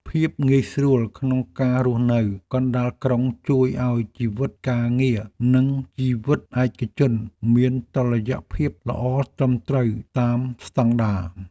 ភាពងាយស្រួលក្នុងការរស់នៅកណ្តាលក្រុងជួយឱ្យជីវិតការងារ និងជីវិតឯកជនមានតុល្យភាពល្អត្រឹមត្រូវតាមស្តង់ដារ។